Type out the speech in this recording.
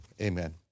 amen